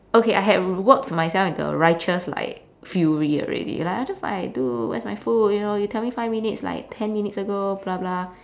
okay I had worked myself into a righteous like fury already like I just like dude where's my food you know you tell me five minutes like ten minutes ago blah blah